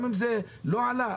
גם אם זה לא עלה.